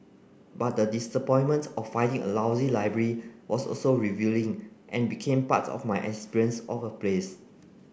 but the disappointment of finding a lousy library was also revealing and became part of my experience of a place